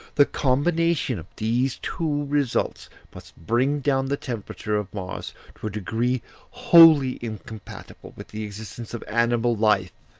the combination of these two results must bring down the temperature of mars to a degree wholly incompatible with the existence of animal life.